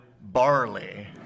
Barley